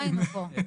כן, לא היינו פה.